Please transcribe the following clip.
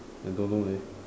I don't know leh